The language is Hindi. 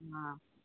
हाँ